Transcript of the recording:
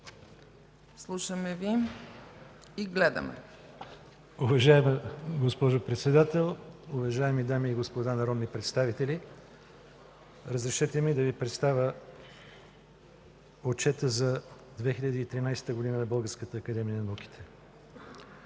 Слушаме Ви и гледаме.